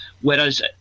whereas